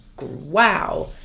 Wow